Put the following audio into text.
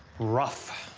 rough.